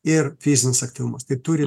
ir fizinis aktyvumas tai turi